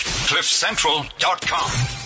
cliffcentral.com